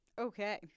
Okay